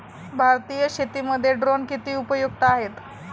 भारतीय शेतीमध्ये ड्रोन किती उपयुक्त आहेत?